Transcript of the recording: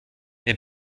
mais